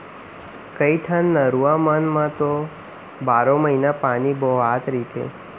कइठन नरूवा मन म तो बारो महिना पानी बोहावत रहिथे